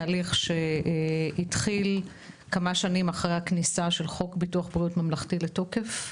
תהליך שהתחיל כמה שנים אחרי הכניסה של חוק בריאות ממלכתי לתוקף,